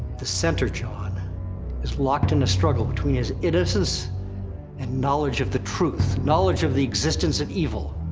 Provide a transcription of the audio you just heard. the center jon is locked in a struggle, between his innocence, and knowledge of the truth, knowledge of the existence of evil.